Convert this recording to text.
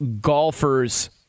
golfer's